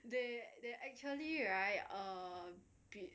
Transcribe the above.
they then actually right a bit